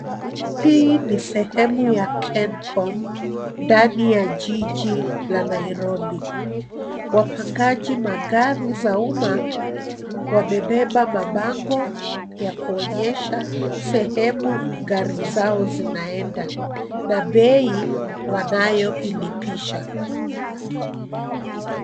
Hii ni sehemu ya kencom ndani ya jiji la Nairobi, wapangaji magari za umma wamebeba mabango ya kuonyesha sehemu gari zao zinaenda na bei wanayoilipisha.